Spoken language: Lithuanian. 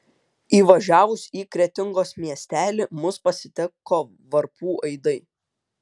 įvažiavus į kretingos miestelį mus pasitiko varpų aidai